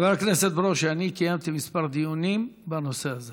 חבר הכנסת ברושי, אני קיימתי כמה דיונים בנושא הזה